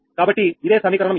కాబట్టి ఇదే సమీకరణం 54